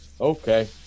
okay